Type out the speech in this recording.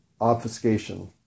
obfuscation